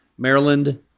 Maryland